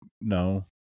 no